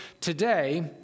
today